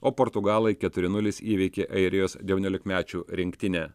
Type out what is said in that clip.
o portugalai keturi nulis įveikė airijos devyniolikmečių rinktinę